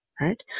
right